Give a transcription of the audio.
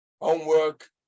homework